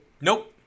Nope